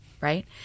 right